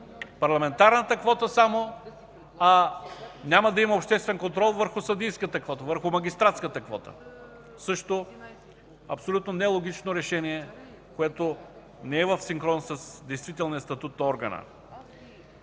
парламентарната квота, а няма да има обществен контрол върху съдийската квота, върху магистратската квота? Също абсолютно нелогично решение, което не е в синхрон с действителния статут на органа.